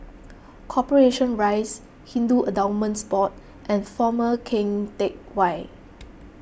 Corporation Rise Hindu Endowments Board and former Keng Teck Whay